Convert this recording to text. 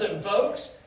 folks